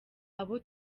abo